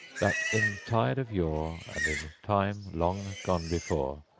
that, in tide of yore and in time long gone before,